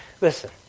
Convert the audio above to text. Listen